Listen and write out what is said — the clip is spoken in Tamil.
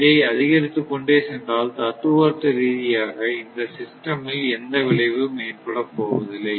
இதை அதிகரித்துக் கொண்டே சென்றால் தத்துவார்த்த ரீதியாக இந்த சிஸ்டம் இல் எந்த விளைவும் ஏற்படப் போவதில்லை